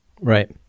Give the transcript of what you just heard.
Right